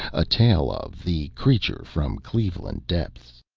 a tale of the creature from cleveland depths